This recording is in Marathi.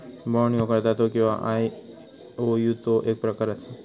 बाँड ह्यो कर्जाचो किंवा आयओयूचो एक प्रकार असा